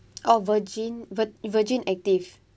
oh virgin virgin active